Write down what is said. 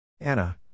Anna